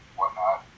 whatnot